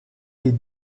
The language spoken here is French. est